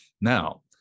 Now